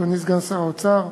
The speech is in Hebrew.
אדוני סגן שר האוצר,